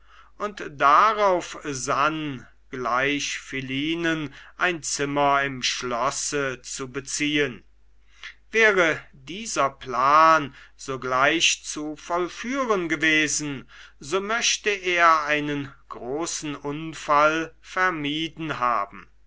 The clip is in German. und darauf sann gleich philinen ein zimmer im schlosse zu beziehen wäre dieser plan sogleich zu vollführen gewesen so möchte er einen großen unfall vermieden haben